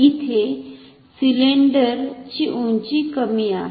इथे सिलिंडर ची उंची कमी आहे